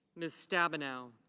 miss stabenow.